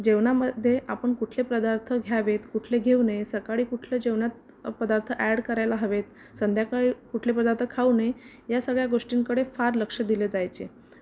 जेवणामध्ये आपण कुठले पदार्थ घ्यावे कुठले घेऊ नये सकाळी कुठले जेवणात पदार्थ ऍड करायला हवेत संध्याकाळी कुठले पदार्थ खाऊ नये ह्या सगळ्या गोष्टींकडे फार लक्ष दिले जायचे